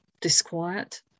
disquiet